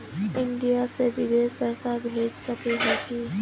India से बिदेश पैसा भेज सके है की?